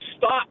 stop